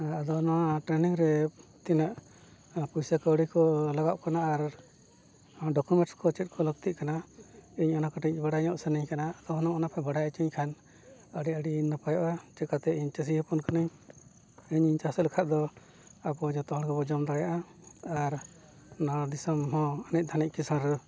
ᱟᱫᱚ ᱱᱚᱣᱟ ᱴᱨᱮᱱᱤᱝ ᱨᱮ ᱛᱤᱱᱟᱹᱜ ᱯᱚᱭᱥᱟ ᱠᱟᱹᱣᱰᱤ ᱠᱚ ᱞᱟᱜᱟᱜ ᱠᱟᱱᱟ ᱟᱨ ᱰᱚᱠᱩᱢᱮᱱᱴ ᱠᱚ ᱪᱮᱫ ᱠᱚ ᱞᱟᱹᱠᱛᱤᱜ ᱠᱟᱱᱟ ᱤᱧ ᱚᱱᱟ ᱠᱟᱹᱴᱤᱡ ᱵᱟᱲᱟᱭ ᱧᱚᱜ ᱥᱟᱱᱟᱧ ᱠᱟᱱᱟ ᱟᱫᱚ ᱱᱚᱜᱼᱚ ᱱᱟᱯᱮ ᱵᱟᱲᱟᱭ ᱦᱚᱪᱚᱧ ᱠᱷᱟᱱ ᱟᱹᱰᱤ ᱟᱹᱰᱤ ᱱᱟᱯᱟᱭᱚᱜᱼᱟ ᱪᱤᱠᱟᱹᱛᱮ ᱤᱧ ᱪᱟᱹᱥᱤ ᱦᱚᱯᱚᱱ ᱠᱟᱹᱱᱟᱹᱧ ᱤᱧᱤᱧ ᱪᱟᱥ ᱞᱮᱠᱷᱟᱱ ᱫᱚ ᱟᱵᱚ ᱡᱚᱛᱚ ᱦᱚᱲ ᱜᱮᱵᱚ ᱡᱚᱢ ᱫᱟᱲᱮᱭᱟᱜᱼᱟ ᱟᱨ ᱱᱚᱣᱟ ᱫᱤᱥᱚᱢ ᱦᱚᱸ ᱟᱱᱮᱡ ᱫᱷᱟᱱᱤᱡ ᱠᱤᱥᱟᱹᱬ